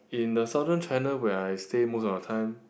in the Southern China where I stay most of the time